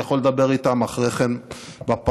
אני יכול לדבר איתם אחרי כן בפרסה,